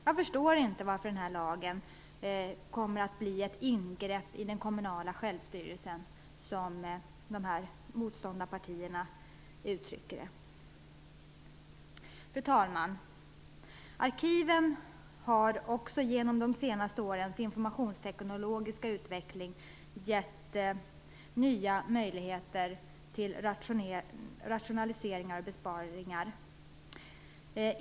Jag förstår inte varför den här lagen skulle bli ett ingrepp i den kommunala självstyrelsen, som motståndarna uttrycker det. Fru talman! Arkiven har också genom de senaste årens informationstekniska utveckling givit nya möjligheter till rationaliseringar och besparingar.